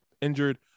injured